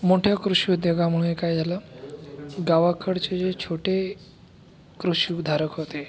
मोठ्या कृषीउद्योगामुळे काय झालं गावाकडचे जे छोटे कृषीधारक होते